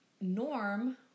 Norm